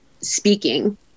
speaking